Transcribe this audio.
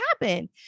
happen